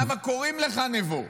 למה קוראים לך נבו?